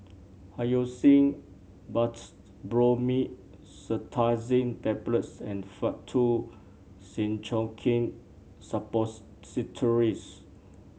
Hyoscine Butylbromide Cetirizine Tablets and Faktu Cinchocaine Suppositories